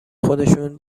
خودشون